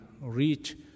reach